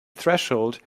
threshold